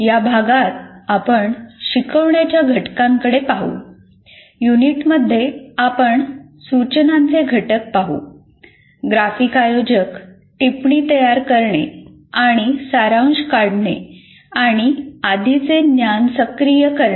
या भागात आपण शिकवण्याच्या घटकांकडे पाहू युनिटमध्ये आपण सूचनांचे घटक पाहू ग्राफिक आयोजक टिप्पणी तयार करणे आणि सारांश काढणे आणि आधीचे ज्ञान सक्रिय करणे